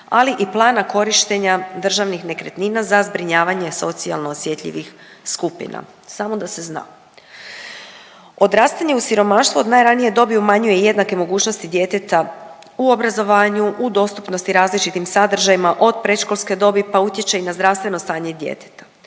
ali i plana korištenja državnih nekretnina za zbrinjavanje socijalno osjetljivih skupina, samo da se zna. Odrastanje u siromaštvu od najranije dobi umanjuje jednake mogućnosti djeteta u obrazovanju, u dostupnosti različitim sadržajima, od predškolske dobi, pa utječe i na zdravstveno stanje djeteta.